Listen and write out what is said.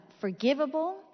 forgivable